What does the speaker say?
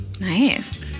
Nice